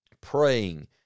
praying